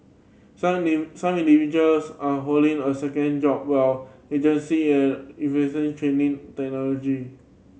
some name some individuals are holding a second job while agency and investing in training technology